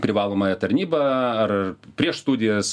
privalomąją tarnybą ar prieš studijas